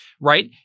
right